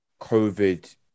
covid